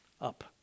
Up